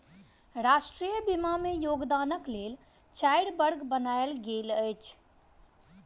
राष्ट्रीय बीमा में योगदानक लेल चाइर वर्ग बनायल गेल अछि